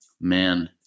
man